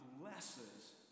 blesses